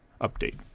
update